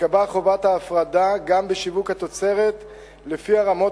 תיקבע חובת ההפרדה גם בשיווק התוצרת לפי הרמות